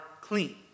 clean